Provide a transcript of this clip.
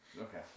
Okay